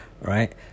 right